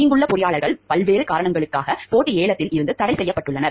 இங்குள்ள பொறியாளர்கள் பல்வேறு காரணங்களுக்காக போட்டி ஏலத்தில் இருந்து தடைசெய்யப்பட்டுள்ளனர்